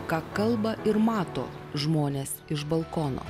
ką kalba ir mato žmonės iš balkono